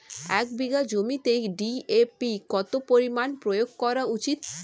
এক বিঘে জমিতে ডি.এ.পি কত পরিমাণ প্রয়োগ করা উচিৎ?